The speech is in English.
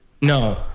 No